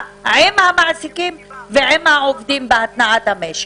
עם המעסיקים ועם העובדים בהתנעת המשק?